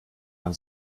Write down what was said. man